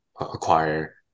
acquire